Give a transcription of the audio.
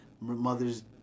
Mother's